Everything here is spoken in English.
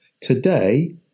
Today